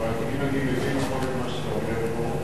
אבל אם אני מבין נכון את מה שאתה אומר פה,